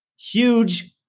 huge